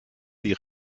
die